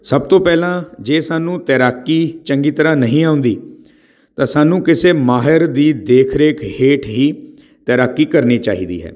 ਸਭ ਤੋਂ ਪਹਿਲਾਂ ਜੇ ਸਾਨੂੰ ਤੈਰਾਕੀ ਚੰਗੀ ਤਰ੍ਹਾਂ ਨਹੀਂ ਆਉਂਦੀ ਤਾਂ ਸਾਨੂੰ ਕਿਸੇ ਮਾਹਿਰ ਦੀ ਦੇਖ ਰੇਖ ਹੇਠ ਹੀ ਤੈਰਾਕੀ ਕਰਨੀ ਚਾਹੀਦੀ ਹੈ